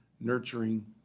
nurturing